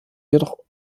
jedoch